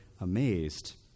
amazed